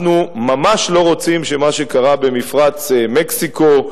אנחנו ממש לא רוצים שמה שקרה במפרץ מקסיקו,